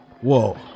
Whoa